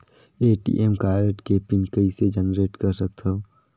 ATM card के pin कइसे generate कर सकथव?